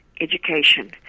education